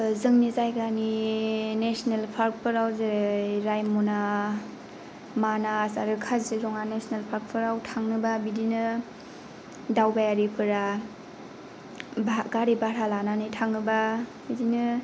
जोंनि जायगानि नेसनेल पार्कफोराव जेरै रायमना मानास आरो काजिरङा नेसनेल पार्कफोराव थाङोब्ला बिदिनो दावबायारिफोरा गारि भारा लानानै थाङोब्ला बिदिनो